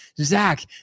Zach